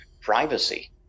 privacy